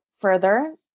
further